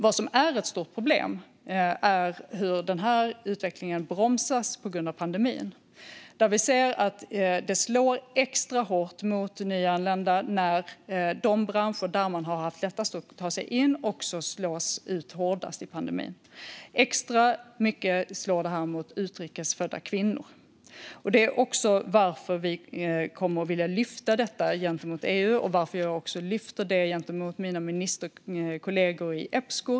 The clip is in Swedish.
Vad som är ett stort problem är hur den här utvecklingen bromsas på grund av pandemin. Vi ser att den slår extra hårt mot nyanlända när de branscher där de har haft lättast att ta sig in också slås ut hårdast i pandemin. Extra mycket slår detta mot utrikes födda kvinnor. Det är också varför vi kommer att vilja lyfta upp detta i EU och varför jag lyfter upp detta när jag möter mina ministerkollegor i Epsco.